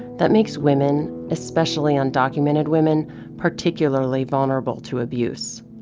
that makes women especially undocumented women particularly vulnerable to abuse.